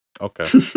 Okay